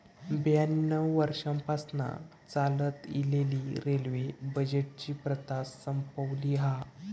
ब्याण्णव वर्षांपासना चालत इलेली रेल्वे बजेटची प्रथा संपवली हा